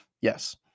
Yes